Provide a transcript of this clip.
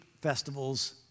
festivals